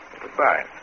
Goodbye